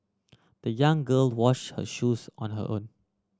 the young girl wash her shoes on her own